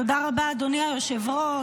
תודה רבה, אדוני היושב-ראש.